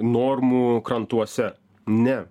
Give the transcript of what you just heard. normų krantuose ne